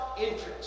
interest